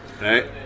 Right